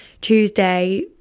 Tuesday